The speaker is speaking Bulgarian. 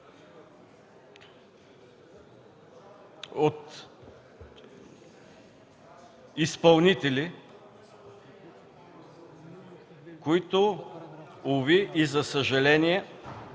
от изпълнители, които, уви и за съжаление,